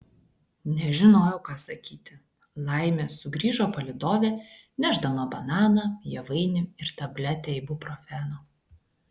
nežinojau ką sakyti laimė sugrįžo palydovė nešdama bananą javainį ir tabletę ibuprofeno